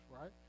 right